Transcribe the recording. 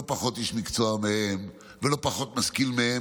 פחות איש מקצוע מהם ולא פחות משכיל מהם,